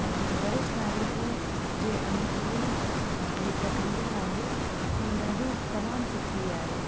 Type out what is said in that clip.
ऐं जेके वरिष्ठ नागरिकू जे अनुकुल ईअं प्रक्रिया आहे उहा ॾाढी तमामु सुठी आहे